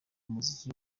muziki